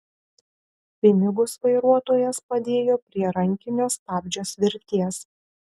pinigus vairuotojas padėjo prie rankinio stabdžio svirties